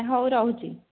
ହେଉ ରହୁଛି